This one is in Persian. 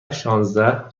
شانزده